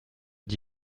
d’y